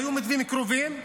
שהיו מתווים קרובים,